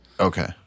Okay